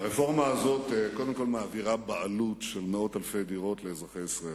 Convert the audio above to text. הרפורמה הזאת קודם כול מעבירה בעלות של מאות אלפי דירות לאזרחי ישראל,